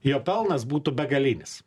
jo pelnas būtų begalinis